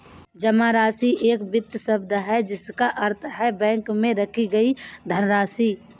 जमा राशि एक वित्तीय शब्द है जिसका अर्थ है बैंक में रखी गई धनराशि